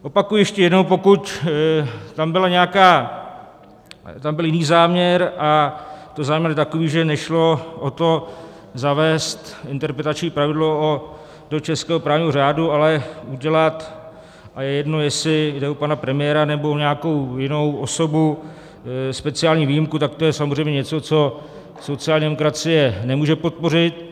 Opakuji ještě jednou, pokud tam byl nějaký jiný záměr, a to záměr takový, že nešlo o to zavést interpretační pravidlo do českého právního řádu, ale udělat a je jedno, jestli jde o pana premiéra, nebo nějakou jinou osobu speciální výjimku, tak to je samozřejmě něco, co sociální demokracie nemůže podpořit.